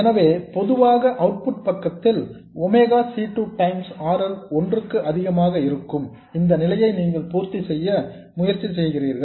எனவே பொதுவாக output பக்கத்தில் omega C 2 times R L ஒன்றுக்கு அதிகமாக இருக்கும் இந்த நிலையை நீங்கள் பூர்த்தி செய்ய முயற்சி செய்கிறீர்கள்